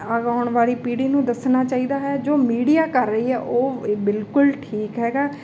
ਆਉਣ ਵਾਲੀ ਪੀੜੀ ਨੂੰ ਦੱਸਣਾ ਚਾਹੀਦਾ ਹੈ ਜੋ ਮੀਡੀਆ ਕਰ ਰਹੀ ਹੈ ਉਹ ਬਿਲਕੁਲ ਠੀਕ ਹੈਗਾ